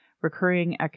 Recurring